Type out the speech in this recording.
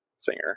singer